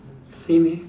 same eh